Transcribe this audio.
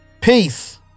Peace